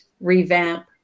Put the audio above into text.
revamp